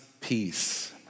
peace